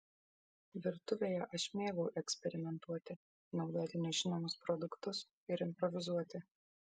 virtuvėje aš mėgau eksperimentuoti naudoti nežinomus produktus ir improvizuoti